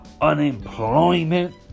unemployment